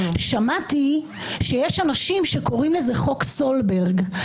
שמעתי שיש אנשים שקוראים לזה "חוק סולברג".